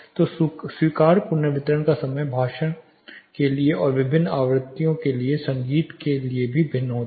तो स्वीकार्य पुनर्वितरण का समय भाषण के लिए और विभिन्न आवृत्तियों के साथ संगीत के लिए भी भिन्न होता है